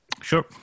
Sure